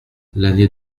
l’année